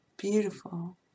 Beautiful